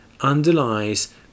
underlies